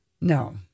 No